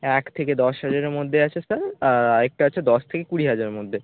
এক থেকে দশ হাজারের মধ্যে আছে স্যার আর আরেকটা আছে দশ থেকে কুড়ি হাজারের মধ্যে